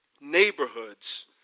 neighborhoods